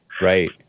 Right